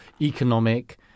economic